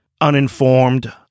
uninformed